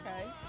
Okay